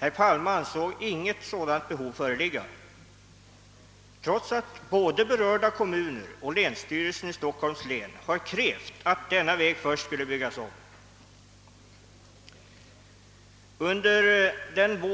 Herr Palme ansåg inget sådant behov föreligga, trots att både berörda kommuner och länsstyrelsen i Stockholms län hade krävt att denna väg skulle byggas om före järnvägsnedläggningen. Under innevarande